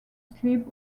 sleep